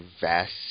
vast